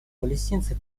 палестинцы